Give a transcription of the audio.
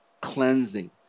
cleansing